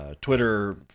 Twitter